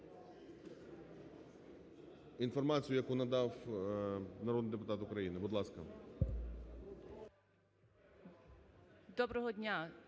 інформацію, яку надав народний депутат України. Будь ласка. 10:31:47